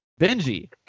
Benji